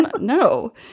no